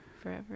forever